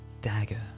dagger